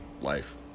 life